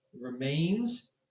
remains